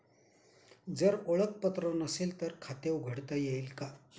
जर ओळखपत्र नसेल तर खाते उघडता येईल का?